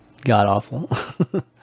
god-awful